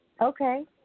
Okay